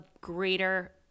greater